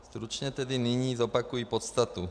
Stručně tedy nyní zopakuji podstatu.